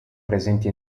presenti